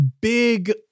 big